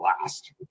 last